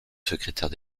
secrétaire